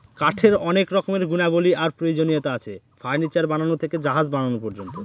কাঠের অনেক রকমের গুণাবলী আর প্রয়োজনীয়তা আছে, ফার্নিচার বানানো থেকে জাহাজ বানানো পর্যন্ত